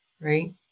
right